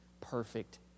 perfect